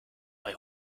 bei